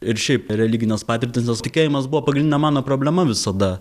ir šiaip religinės patirtys nes tikėjimas buvo pagrindinė mano problema visada